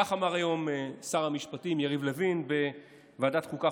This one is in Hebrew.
כך אמר היום שר המשפטים יריב לוין בוועדת חוקה,